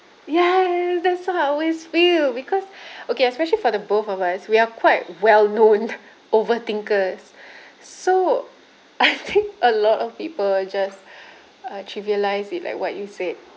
ya that's how I always feel because okay especially for the both of us we are quite well known overthinkers so I think a lot of people just uh trivialise it like what you said